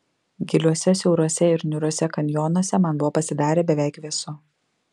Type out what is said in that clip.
giliuose siauruose ir niūriuose kanjonuose man buvo pasidarę beveik vėsu